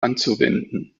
anzuwenden